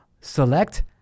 select